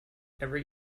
every